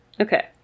Okay